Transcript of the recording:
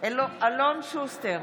אלון שוסטר,